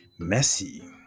Messi